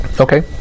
okay